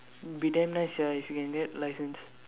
will be damn nice eh if you can get license